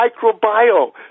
microbiome